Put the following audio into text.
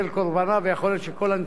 כי היא שאילתא מ-2010.